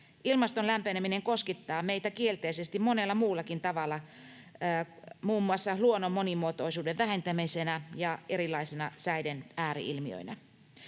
Ilmaston lämpeneminen koskettaa meitä kielteisesti monella muullakin tavalla, muun muassa luonnon monimuotoisuuden vähentämisenä ja erilaisina säiden ääri-ilmiöinä.